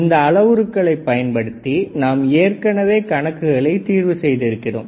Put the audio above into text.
இந்த அளவுருக்களை பயன்படுத்தி நாம் ஏற்கனவே கணக்குகளை தீர்வு செய்திருக்கிறோம்